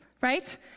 right